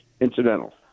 incidental